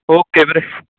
okay ਵੀਰੇ